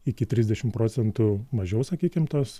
iki trisdešim procentų mažiau sakykim tos